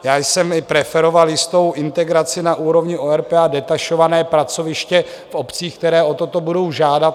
Já jsem preferoval jistou integraci na úrovni ORP a detašované pracoviště v obcích, které o toto budou žádat.